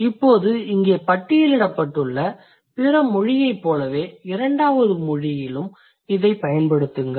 இப்போது இங்கே பட்டியலிட்டுள்ள பிற மொழியைப் போலவே இரண்டாவது மொழியிலும் இதைப் பயன்படுத்துங்கள்